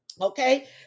Okay